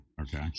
Okay